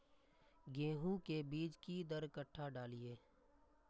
गेंहू के बीज कि दर कट्ठा डालिए?